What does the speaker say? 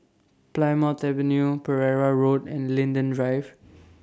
Plymouth Avenue Pereira Road and Linden Drive